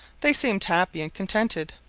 they seemed happy and contented.